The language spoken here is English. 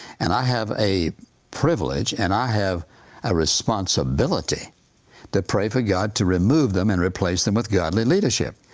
and i have a privilege, and i have a responsibility to pray for god to remove them and replace them with godly leadership.